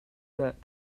that